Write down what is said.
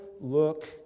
look